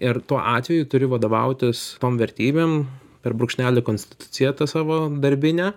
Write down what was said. ir tuo atveju turi vadovautis tom vertybėm per brūkšnelį konstitucija ta savo darbine